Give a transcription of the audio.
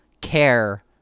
care